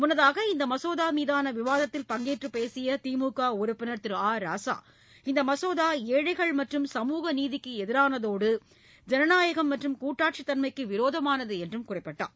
முன்னதாக இந்த மசோதா மீதான விவாதத்தில் பங்கேற்று பேசிய திமுக உறுப்பினர் திரு ஆ ராசா இந்த மசோதா ஏழைகள் மற்றும் சமூக நீதிக்கு எதிரானதோடு ஜனநாயகம் மற்றும் கூட்டாட்சி தன்மைக்கு விரோதமானது என்றும் குறிப்பிட்டார்